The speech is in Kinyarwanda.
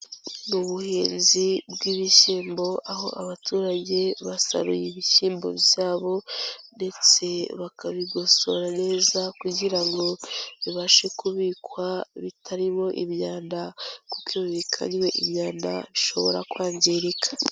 Ubuhinzi bw'ibishyimbo, aho abaturage basaruye ibishyimbo byabo ndetse bakabigosora neza kugira ngo bibashe kubikwa bitarimo imyanda kuko iyo bibikanwe imyanda bishobora kwangirika.